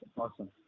awesome